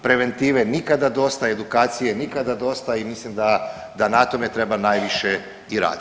Preventive nikada dosta, edukacije nikada dosta i mislim da na tome treba najviše i raditi.